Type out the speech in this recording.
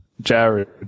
Jared